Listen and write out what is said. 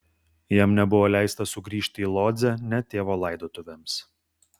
jam nebuvo leista sugrįžti į lodzę net tėvo laidotuvėms